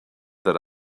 that